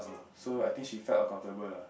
so I think she felt uncomfortable lah